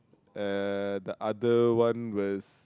uh the other one was